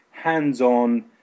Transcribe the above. hands-on